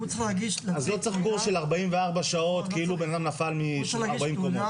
אז לא צריך קורס של 44 שעות כאילו אדם נפל מ-40 קומות.